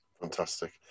Fantastic